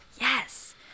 yes